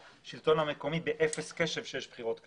השלטון המקומי באפס קשב כשיש בחירות כלליות.